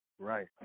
Right